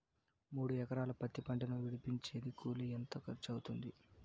మూడు ఎకరాలు పత్తి పంటను విడిపించేకి కూలి ఎంత ఖర్చు అవుతుంది?